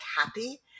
happy